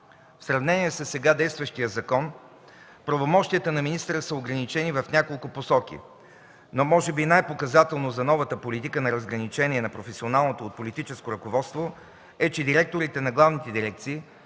В сравнение със сега действащия закон, правомощията на министъра са ограничени в няколко посоки, но може би най-показателно за новата политика на разграничение на професионалното от политическото ръководство е, че директорите на главните дирекции,